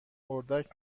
اردک